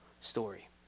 story